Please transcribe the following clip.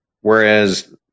Whereas